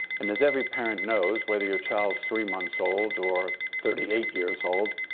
and as every parent knows, whether your child's three months old or thirty eight years old,